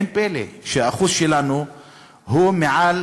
ואין פלא שהאחוז שלנו הוא מעל